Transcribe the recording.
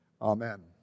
Amen